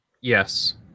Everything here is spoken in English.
Yes